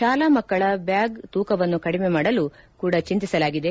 ಶಾಲಾ ಮಕ್ಕಳ ಬ್ಯಾಗ್ ತೂಕವನ್ನು ಕಡಿಮೆ ಮಾಡಲು ಕೂಡ ಚಿಂತಿಸಲಾಗಿದೆ